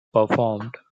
performed